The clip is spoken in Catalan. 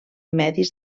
medis